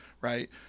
right